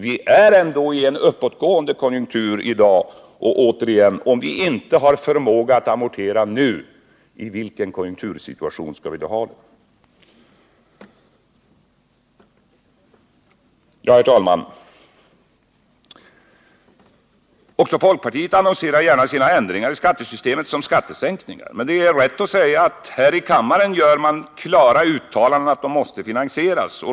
Vi befinner oss ändå i dag i en uppåtgående konjunktur. Och återigen: Om vi inte har förmåga att amortera nu —- i vilken konjunktursituation skall vi då ha det? Herr talman! Också folkpartiet annonserar gärna sina ändringar i skattesystemet som skattesänkningar. Här i kammaren gör man klara uttalanden om att de skall finansieras.